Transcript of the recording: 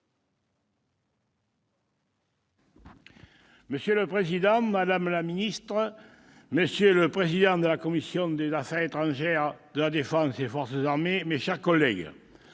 Monsieur le président, madame la ministre, monsieur le président de la commission des affaires étrangères, de la défense et des forces armées, mes chers collègues,